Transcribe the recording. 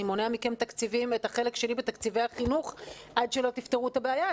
אני מונע מכם את החלק שלי בתקציבי החינוך עד שלא תפתרו את הבעיה.